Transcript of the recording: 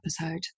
episode